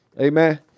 Amen